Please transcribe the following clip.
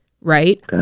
right